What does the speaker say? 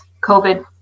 COVID